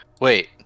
Wait